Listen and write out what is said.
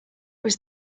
was